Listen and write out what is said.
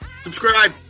subscribe